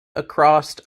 across